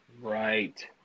Right